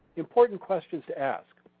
important questions to ask.